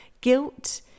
guilt